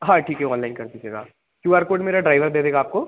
हाँ ठीक है ऑनलाइन कर दीजिएगा आप क्यू आर कोड मेरा ड्राइवर दे देगा आपको